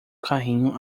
carrinho